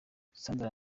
sandra